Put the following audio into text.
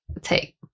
take